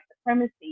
supremacy